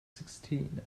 sixteen